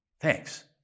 Thanks